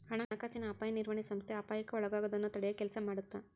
ಹಣಕಾಸಿನ ಅಪಾಯ ನಿರ್ವಹಣೆ ಸಂಸ್ಥೆ ಅಪಾಯಕ್ಕ ಒಳಗಾಗೋದನ್ನ ತಡಿಯೊ ಕೆಲ್ಸ ಮಾಡತ್ತ